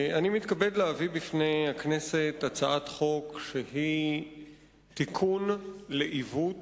אני מתכבד להביא לפני הכנסת הצעת חוק שהיא תיקון עיוות